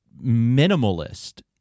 minimalist